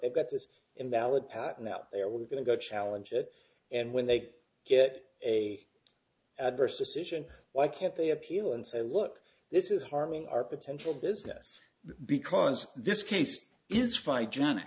at this invalid patent out there we're going to go challenge it and when they get a adverse decision why can't they appeal and say look this is harming our potential business because this case is fine j